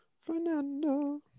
Fernando